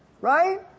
right